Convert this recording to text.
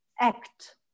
act